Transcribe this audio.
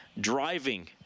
driving